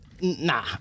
nah